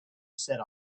said